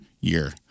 year